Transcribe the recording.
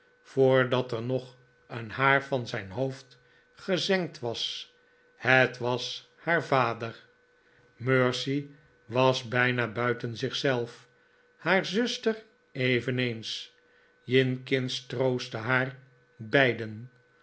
voordat er nog een haar van zijn hoofd gezengd was het was haar vader mercy was bijna buiten zich zelf haar zuster eveneens jinkins troostte haar beiden